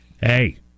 Hey